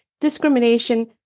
discrimination